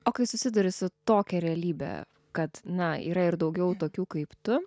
o kai susiduri su tokia realybe kad na yra ir daugiau tokių kaip tu